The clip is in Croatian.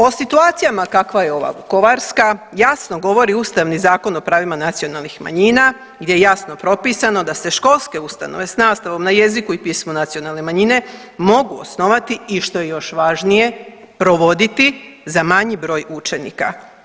O situacijama kakva je ova vukovarska jasno govori Ustavni zakon o pravima nacionalnih manjina gdje je jasno propisano da se školske ustanove s nastavom na jeziku i pismu nacionalne manjine mogu osnovati i što je još važnije provoditi za manji broj učenika.